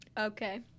okay